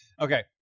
Okay